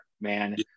man